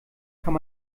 kann